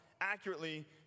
accurately